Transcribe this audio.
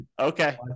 Okay